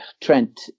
Trent